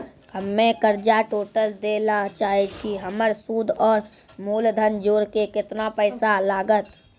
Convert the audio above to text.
हम्मे कर्जा टोटल दे ला चाहे छी हमर सुद और मूलधन जोर के केतना पैसा लागत?